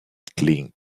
clink